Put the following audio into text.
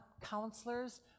counselors